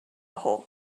hole